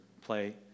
play